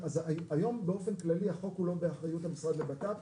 היום באופן כללי החוק הוא לא באחריות המשרד לביטחון פנים,